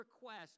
request